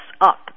up